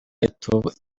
itubuza